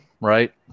right